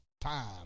time